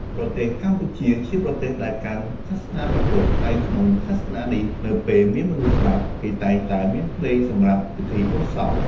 ប្រទេសកម្ពុជា ជាប្រទេសដែលកាន់សាសនាព្រះពុទ្ធ ហើយក្នុងសាសនានេះនៅពេលមានមនុស្សស្លាប់ គេតែងតែមានភ្លេងសម្រាប់ពិធីបុណ្យសព។